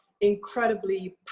incredibly